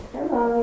Hello